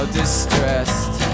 distressed